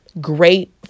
Great